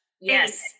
Yes